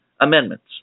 amendments